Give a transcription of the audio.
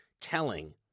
telling